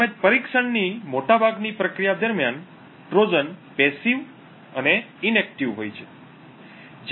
તેમજ પરીક્ષણની મોટાભાગની પ્રક્રિયા દરમિયાન ટ્રોજન નિષ્ક્રિય અને બિન ક્રિયાન્વિત હોય છે